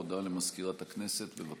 הודעה למזכירת הכנסת, בבקשה.